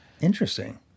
Interesting